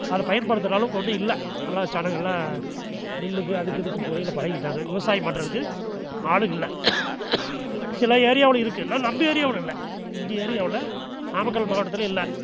அத பயன்படுத்துகிற அளவுக்கு ஒன்றும் இல்லை அதனால் ஜனங்கள் எல்லாம் மில்லுக்கு அதுக்கு இதுக்கும் போய் எல்லாம் பழகிட்டாங்க விவசாயம் பண்ணுறதுக்கு ஆள் இல்லை சில ஏரியாவில் இருக்குது ஆனால் நம்ம ஏரியாவில் இல்லை இங்கே ஏரியாவில் நாமக்கல் மாவட்டத்தில் இல்லை